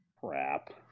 crap